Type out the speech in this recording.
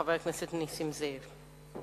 חבר הכנסת נסים זאב.